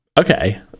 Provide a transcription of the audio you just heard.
Okay